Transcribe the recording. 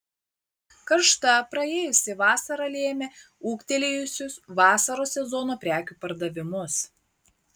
karšta praėjusi vasara lėmė ūgtelėjusius vasaros sezono prekių pardavimus